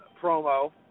promo